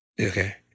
Okay